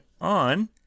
on